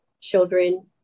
children